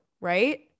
Right